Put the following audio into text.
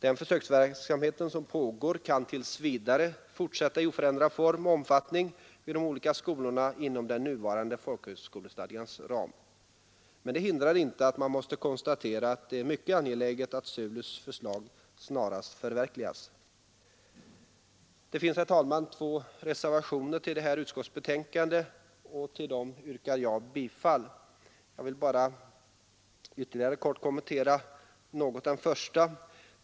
Den försöksverksamhet som pågår kan tills vidare fortsätta i oförändrad form och omfattning vid de olika skolorna inom den nuvarande folkhögskolestadgans ram. Men det hindrar inte att man måste konstatera att det är mycket angeläget att SULU:s förslag snarast förverkligas. Det finns två reservationer fogade till detta utskottsbetänkande, och till dem yrkar jag bifall. Jag vill bara ytterligare helt kort kommentera den första reservationen.